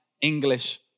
English